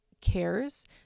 cares